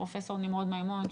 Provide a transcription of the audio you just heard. פרופ' נמרוד מימון,